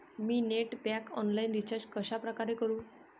मी net pack online recharge कशाप्रकारे करु?